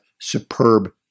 superb